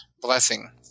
blessing